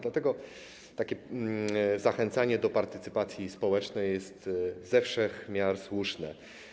Dlatego takie zachęcanie do partycypacji społecznej jest ze wszech miar słuszne.